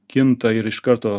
kinta ir iš karto